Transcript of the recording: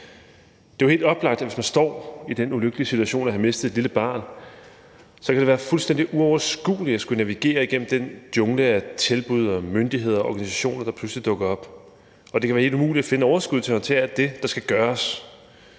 Det er jo helt oplagt, at hvis man står i den ulykkelige situation at have mistet et lille barn, kan det være fuldstændig uoverskueligt at skulle navigere igennem den jungle af myndigheder og organisationer og tilbud, der pludselig dukker op. Og det kan være helt umuligt at finde overskuddet til at håndtere alt det, der skal gøres